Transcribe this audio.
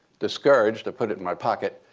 discouraged, i put it in my pocket,